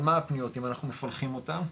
על מה הפניות אם אנחנו מפלחים אותן?